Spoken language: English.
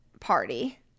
party